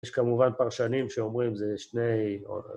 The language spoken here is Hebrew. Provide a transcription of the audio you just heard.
יש כמובן פרשנים שאומרים זה שני...